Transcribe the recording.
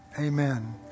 amen